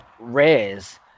rares